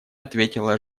ответила